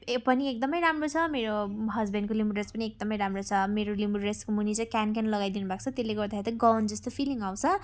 ए पनि एकदमै राम्रो छ मेरो हज्बेन्डको लिम्बू ड्रेस पनि एकदमै राम्रो छ मेरो लिम्बू ड्रेसको मुनि चाहिँ क्यान क्यान लगाइदिनु भएको छ त्यसले गर्दाखेरि चाहिँ गाउन जस्तो फिलिङ आउँछ